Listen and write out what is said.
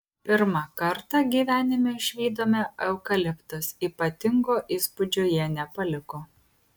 pirmą kartą gyvenime išvydome eukaliptus ypatingo įspūdžio jie nepaliko